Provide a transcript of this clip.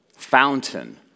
fountain